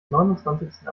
neunundzwanzigten